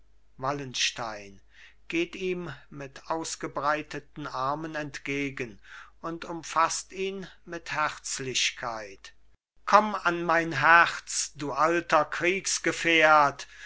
wallenstein geht ihm mit ausgebreiteten armen entgegen und umfaßt ihn mit herzlichkeit komm an mein herz du alter